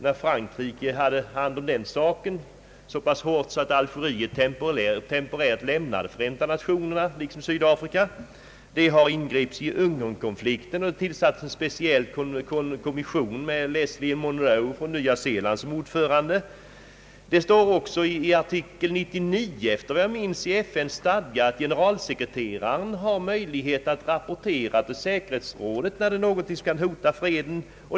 När Frankrike hade hand om Algeriet var anmärkningarna så hårda att Frankrike temporärt lämnade Förenta Nationerna, liksom Sydafrika. Det har ingripits i Ungernkonflikten och tillsatis en speciell kommission med sir Leslie Munroe på Nya Zeeland som ordförande. Det står också i artikel 99 i FN:s stadga, såvitt jag minns, att generalsekreteraren har möjlighet att rapportera till säkerhetsrådet när något hotar freden.